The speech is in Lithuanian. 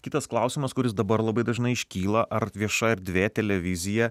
kitas klausimas kuris dabar labai dažnai iškyla ar vieša erdvė televizija